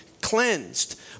cleansed